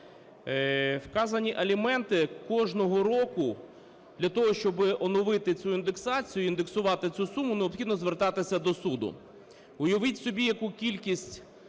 вказані аліменти кожного року для того, щоб оновити цю індексацію і індексувати цю суму, необхідно звертатися до суду. Уявіть собі, яку кількість